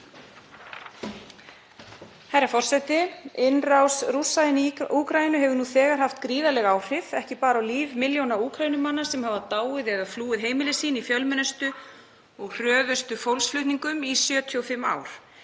Herra forseti. Innrás Rússa í Úkraínu hefur nú þegar haft gríðarleg áhrif og ekki bara á líf milljóna Úkraínumanna sem hafa dáið eða flúið heimili sín í fjölmennustu og hröðustu fólksflutningum í 75 ár.